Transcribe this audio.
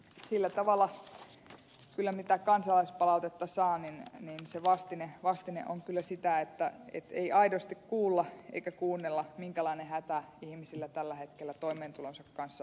sillä tavalla mitä kansalaispalautetta saa niin se vastine on kyllä sitä että ei aidosti kuulla eikä kuunnella minkälainen hätä ihmisillä tällä hetkellä toimeentulonsa kanssa on